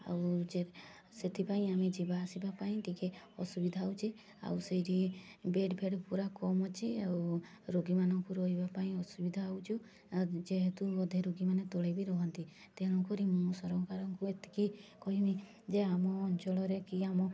ଆଉ ଯେ ସେଥିପାଇଁ ଆମେ ଯିବା ଆସିବା ପାଇଁ ଟିକେ ଅସୁବିଧା ହେଉଛି ଆଉ ସେଇଠି ବେଡ଼୍ ଫେଡ଼୍ ପୂରା କମ୍ ଅଛି ଆଉ ରୋଗୀମାନଙ୍କୁ ରହିବାପାଇଁ ଅସୁବିଧା ହେଉଛି ଯେହେତୁ ଅଧେ ରୋଗୀମାନେ ତଳେବି ରହନ୍ତି ତେଣୁକରି ମୁଁ ସରକାରଙ୍କୁ ଏତିକି କହିବି ଯେ ଆମ ଅଞ୍ଚଳରେ କି ଆମ